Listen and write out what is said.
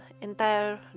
entire